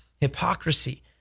hypocrisy